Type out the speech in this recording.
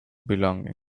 belongings